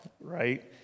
right